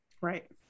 Right